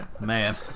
Man